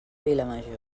vilamajor